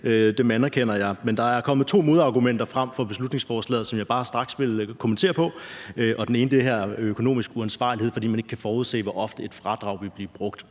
jeg anerkender at der var. Der er kommet to argumenter mod beslutningsforslaget, som jeg bare straks vil kommentere på. Det ene er det her med, at der er tale om økonomisk uansvarlighed, fordi man ikke kan forudse, hvor ofte et fradrag vil blive brugt.